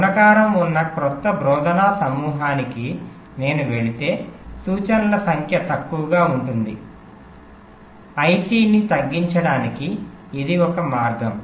గుణకారం ఉన్న క్రొత్త బోధనా సమూహానికి నేను వెళితే సూచనల సంఖ్య తక్కువగా ఉంటుంది IC ని తగ్గించడానికి ఇది ఒక మార్గం